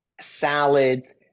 salads